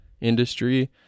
industry